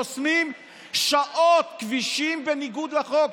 חוסמים שעות כבישים בניגוד לחוק.